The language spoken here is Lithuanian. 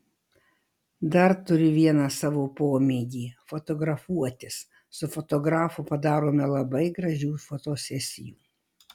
dar turiu vieną savo pomėgį fotografuotis su fotografu padarome labai gražių fotosesijų